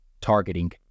targeting